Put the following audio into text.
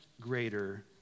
greater